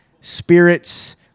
spirits